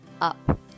Up